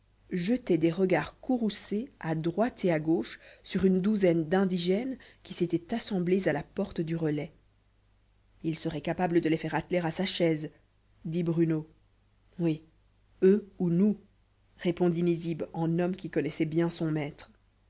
jetait des regards courroucés à droite et à gauche sur une douzaine d'indigènes qui s'étaient assemblés à la porte du relais il serait capable de les faire atteler à sa chaise dit bruno oui eux ou nous répondit nizib en homme qui connaissait bien son maître